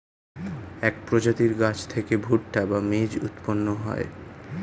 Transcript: এক প্রজাতির গাছ থেকে ভুট্টা বা মেজ উৎপন্ন হয়